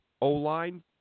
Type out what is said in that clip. O-line